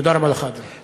תודה רבה לך, אדוני.